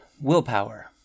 willpower